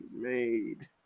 made